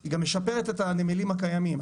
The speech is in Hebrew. והיא גם משפרת את הנמלים הקיימים.